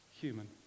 human